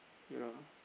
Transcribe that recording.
ya lah